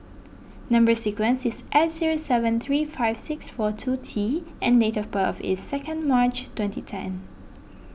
Number Sequence is S zero seven three five six four two T and date of birth is second March twenty ten